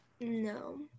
No